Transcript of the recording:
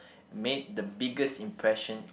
made the biggest impression